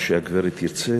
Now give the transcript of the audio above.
מה שהגברת תרצה.